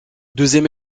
deuxième